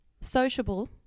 sociable